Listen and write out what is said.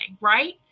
right